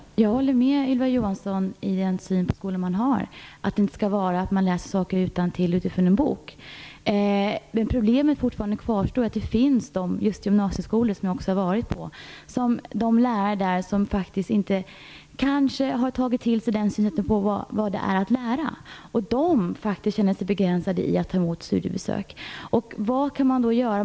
Fru talman! Jag håller med Ylva Johansson när det gäller synen på skolan, att man inte skall lära sig saker utantill från en bok. Men problemet kvarstår. På just de gymnasieskolor som jag besökt finns det lärare som faktiskt kanske inte har tagit till sig synen på vad det innebär att lära. Man känner sig begränsad när det gäller att ta emot studiebesök. Vad kan man då göra?